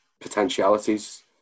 potentialities